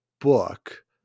book